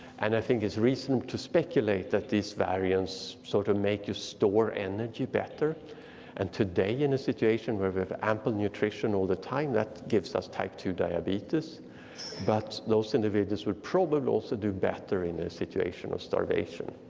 and i think it's reasonable to speculate that these variants sort of make you store energy better and today in a situation where with ample nutrition all the time, that gives us type two diabetes but those individuals would probably also do better in a situation of starvation.